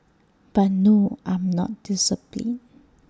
but no I'm not disciplined